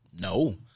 No